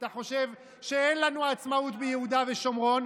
אתה חושב שאין לנו עצמאות ביהודה ושומרון,